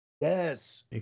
Yes